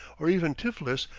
or even tiflis,